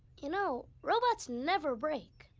you know, robots never break.